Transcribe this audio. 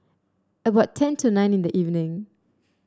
about ten to nine in the evening